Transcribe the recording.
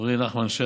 חברי נחמן שי,